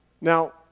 Now